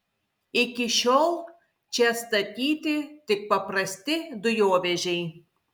iki šiol čia statyti tik paprasti dujovežiai